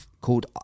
called